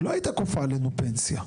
היא לא הייתה כופה עלינו פנסיה.